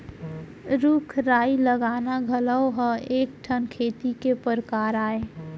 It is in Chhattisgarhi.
रूख राई लगाना घलौ ह एक ठन खेती के परकार अय